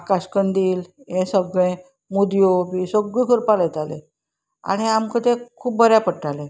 आकाश कंदील हें सगळें मुदयो बी सगळ्यो करपा लायताले आनी आमकां तें खूब बऱ्या पडटालें